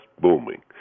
booming